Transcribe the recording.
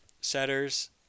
setters